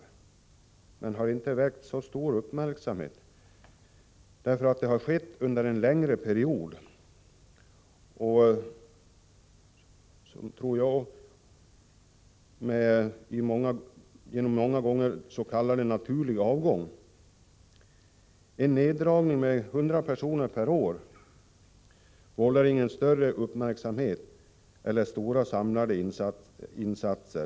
Men denna minskning har inte väckt så stor uppmärksamhet, därför att den har skett under en längre period och många gånger genom s.k. naturlig avgång. En neddragning med 100 personer per år vållar ingen större uppmärksamhet och föranleder inga samlade insatser.